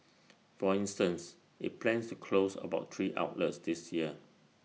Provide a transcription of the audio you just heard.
for instance IT plans to close about three outlets this year